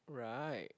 right